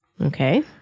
Okay